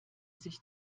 sich